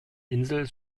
insel